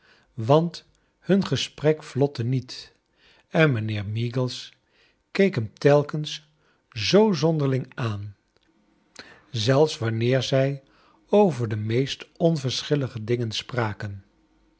want bun gesprek vlotte niet en mijnheer meagles keek hem telkens zoo zonderling aan zelfs wanneer zij over de meest onverschillige dingen spraken